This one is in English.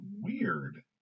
weird